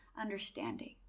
understanding